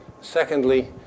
Secondly